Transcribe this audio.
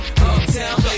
Uptown